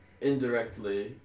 indirectly